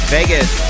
Vegas